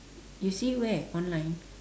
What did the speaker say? you see where online